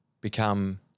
become